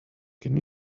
can